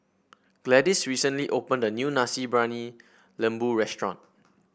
Gladis recently opened a new Nasi Briyani Lembu restaurant